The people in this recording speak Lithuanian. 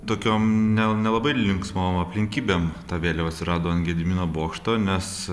tokiom nel nelabai linksmom aplinkybėm ta vėliava atsirado ant gedimino bokšto nes